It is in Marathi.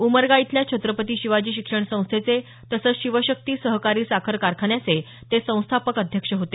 उमरगा इथल्या छत्रपती शिवाजी शिक्षण संस्थेचे तसंच शिवशक्ती सहकारी साखर कारखान्याचे ते संस्थापक अध्यक्ष होते